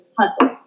hustle